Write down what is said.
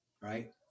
right